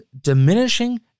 Diminishing